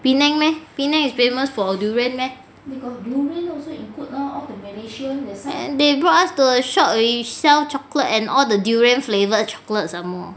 penang meh penang is famous for durian meh and they brought us to a shop which sell chocolate and all the durian flavour chocolates some more